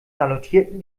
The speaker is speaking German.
salutierten